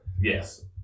Yes